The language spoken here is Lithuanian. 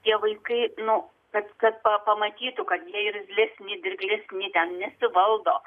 tie vaikai nu kad kad pa pamatytų kad jie irzlesni dirglesni ten nesivaldo